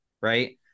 right